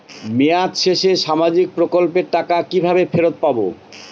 মেয়াদ শেষে সামাজিক প্রকল্পের টাকা কিভাবে ফেরত পাবো?